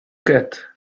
cat